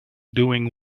doing